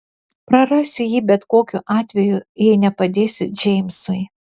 prarasiu jį bet kokiu atveju jei nepadėsiu džeimsui